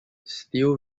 steele